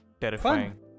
terrifying